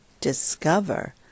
discover